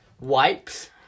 wipes